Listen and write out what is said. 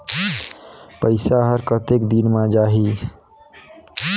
पइसा हर कतेक दिन मे जाही?